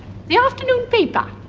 the afternoon paper?